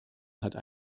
hatte